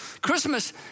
Christmas